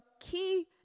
key